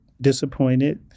disappointed